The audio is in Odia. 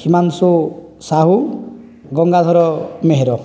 ହିମାଂଶୁ ସାହୁ ଗଙ୍ଗାଧର ମେହେର